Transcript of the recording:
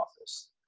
office